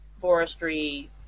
forestry